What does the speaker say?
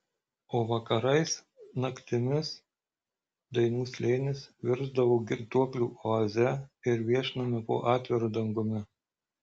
o vakarais naktimis dainų slėnis virsdavo girtuoklių oaze ir viešnamiu po atviru dangumi